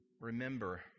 remember